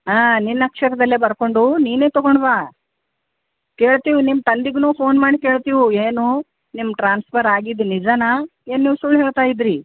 ಹಾಂ ನಿನ್ನಕ್ಷರದಲ್ಲೇ ಬರಕೊಂಡು ನೀನೇ ತೊಗೊಂಡುಬಾ ಕೇಳ್ತೀವಿ ನಿಮ್ಮ ತಂದಿಗು ಫೋನ್ ಮಾಡಿ ಕೇಳ್ತಿವು ಏನು ನಿಮ್ಮ ಟ್ರಾನ್ಸ್ಫರ್ ಆಗಿದ್ದು ನಿಜನಾ ಏನು ನೀವು ಸುಳ್ಳು ಹೇಳ್ತಾ ಇದಿರಿ